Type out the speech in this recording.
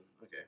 okay